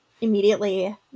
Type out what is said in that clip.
immediately